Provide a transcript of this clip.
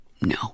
No